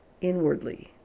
inwardly